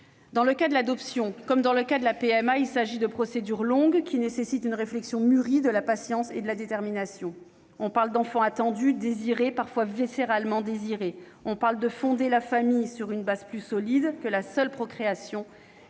Dans le cas de l'adoption, comme dans le cas de la PMA, il s'agit de procédures longues qui nécessitent une réflexion mûrie, de la patience et de la détermination. On parle d'enfants attendus, désirés, parfois viscéralement. On parle de fonder la famille sur une base plus solide que la seule procréation,